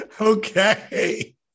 okay